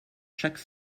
chaque